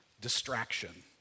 distraction